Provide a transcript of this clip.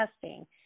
testing